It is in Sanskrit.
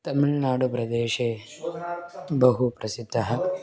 तमिल्नाडुप्रदेशे बहु प्रसिद्दः